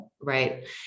Right